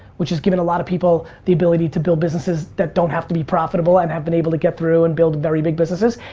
which is giving a lot of people the ability to build businesses that don't have to be profitable, and have been able to get through and build very big businesses.